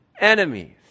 enemies